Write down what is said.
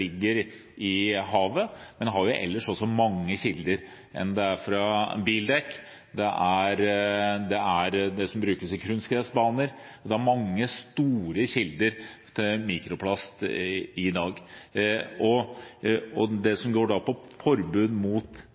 ligger i havet og blir nedbrutt, men den har også mange andre kilder. Den kommer fra bl.a. bildekk, og den brukes i kunstgressbaner. Det er mange store kilder til mikroplast i dag, og det som handler om forbud